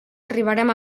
arribarem